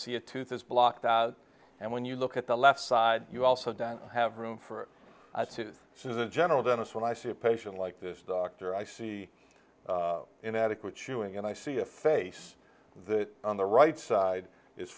see a tooth is blocked out and when you look at the left side you also didn't have room for a tooth so as a general dentist when i see a patient like this doctor i see inadequate shewing and i see a face that on the right side is